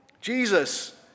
Jesus